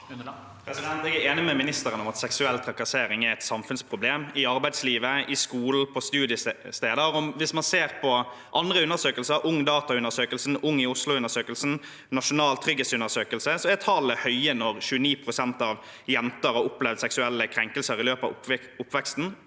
Jeg er enig med ministeren i at seksuell trakassering er et samfunnsproblem – i arbeidslivet, i skolen, på studiesteder. Hvis man ser på andre undersøkelser – Ungdata-undersøkelsen, Ung i Oslo-undersøkelsen, Nasjonal trygghetsundersøkelse – så er tallene høye når 29 pst. av jenter har opplevd seksuelle krenkelser i løpet av oppveksten.